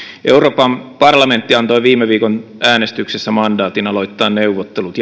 euroopan parlamentti antoi viime viikon äänestyksessä mandaatin aloittaa neuvottelut